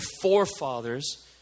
forefathers